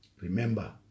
Remember